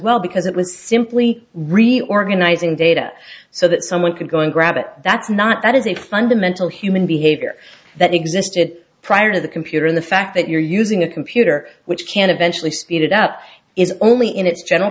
well because it was simply reorganizing data so that someone could go and grab it that's not that is a fundamental human behavior that existed prior to the computer in the fact that you're using a computer which can eventually speed it up is only in its general